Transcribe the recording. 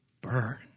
burn